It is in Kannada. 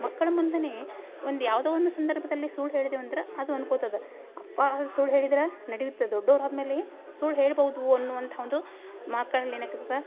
ಮಕ್ಕಳ ಮುಂದೆಯೇ ಒಂದು ಯಾವುದೋ ಒಂದು ಸಂದರ್ಭದಲ್ಲಿ ಸುಳ್ಳು ಹೇಳಿದಿವಿ ಅಂದ್ರೆ ಅದು ಅನ್ಕೋತದೆ ಅಪ್ಪ ಸುಳ್ಳು ಹೇಳಿದ್ರೆ ನಡೆಯುತ್ತೆ ದೊಡ್ಡೋರು ಆದಮೇಲೆ ಸುಳ್ಳು ಹೇಳ್ಬೌದು ಅನ್ನುವಂಥ ಒಂದು ಮಾತ್ಗಳ್ನ ಏನಾಗ್ತೈತತ